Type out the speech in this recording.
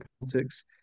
politics